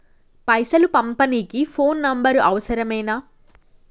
పైసలు పంపనీకి phone number అవసరమేనా?